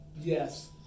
yes